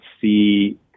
see